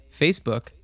Facebook